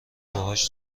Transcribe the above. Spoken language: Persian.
باهاش